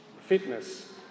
fitness